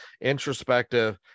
introspective